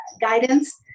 guidance